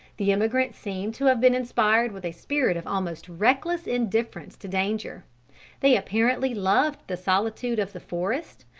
the emigrants seem to have been inspired with a spirit of almost reckless indifference to danger they apparently loved the solitude of the forest,